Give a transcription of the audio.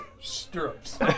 Stirrups